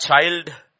child